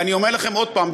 ואני אומר לכם עוד פעם,